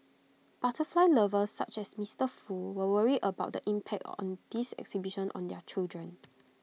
butterfly lovers such as Mister Foo were worried about the impact on this exhibition on their children